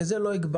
את זה לא הגבלנו,